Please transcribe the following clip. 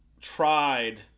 tried